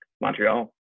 Montreal